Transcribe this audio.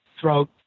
throat